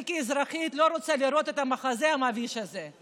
אני כאזרחית לא רוצה לראות את המחזה המביש הזה.